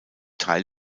teil